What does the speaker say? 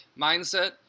mindset